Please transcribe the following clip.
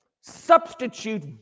substitute